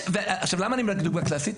למה אני אומר דוגמה קלאסית?